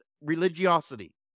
religiosity